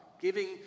giving